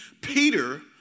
Peter